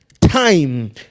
time